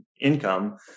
income